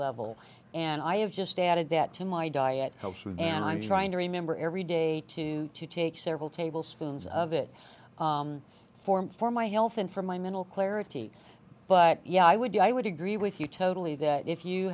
level and i have just added that to my diet and i'm trying to remember every day too to take several tablespoons of it for him for my health and for my mental clarity but yeah i would do i would agree with you totally that if you